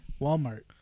Walmart